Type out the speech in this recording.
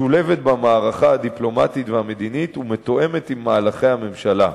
משולבת במערכה הדיפלומטית והמדינית ומתואמת עם מהלכי הממשלה.